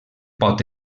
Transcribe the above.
pot